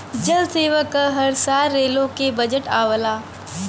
जल सेना क हर साल रेलो के बजट आवला